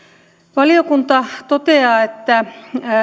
valiokunta toteaa että